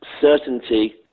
certainty